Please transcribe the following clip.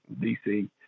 DC